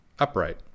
Upright